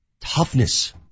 Toughness